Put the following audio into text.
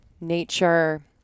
nature